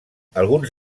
alguns